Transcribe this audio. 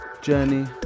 journey